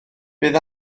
bydd